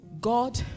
God